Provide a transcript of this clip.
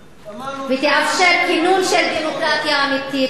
ותאפשר כינון של דמוקרטיה אמיתית,